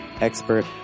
Expert